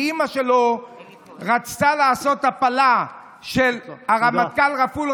כי אימא שלו רצתה לעשות הפלה של הרמטכ"ל רפול,